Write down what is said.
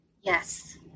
Yes